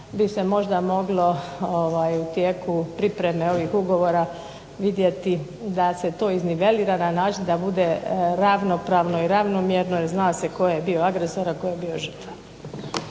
bi se možda moglo u tijeku pripreme ovih ugovora vidjeti da se to iznivelira na način da bude ravnopravno i ravnomjerno jer zna se tko je bio agresor, a tko je bio žrtva.